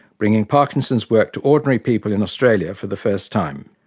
bringing parkinson's work to ordinary people in australia for the first time.